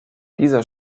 dieser